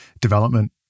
development